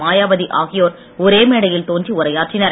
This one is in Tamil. மாயாவதி ஆகியோர் ஒரே மேடையில் தோன்றி உரையாற்றினர்